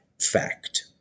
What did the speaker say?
fact